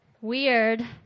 Weird